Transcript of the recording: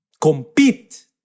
compete